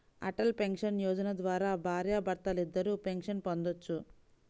Atal pension Yojana ద్వారా భార్యాభర్తలిద్దరూ pension పొందొచ్చు